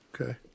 Okay